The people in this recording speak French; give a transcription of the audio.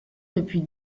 depuis